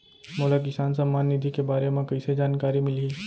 मोला किसान सम्मान निधि के बारे म कइसे जानकारी मिलही?